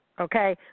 Okay